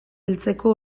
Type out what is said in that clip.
heltzeko